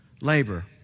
labor